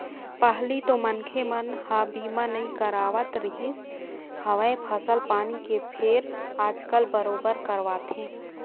पहिली तो मनखे मन ह बीमा नइ करवात रिहिस हवय फसल पानी के फेर आजकल बरोबर करवाथे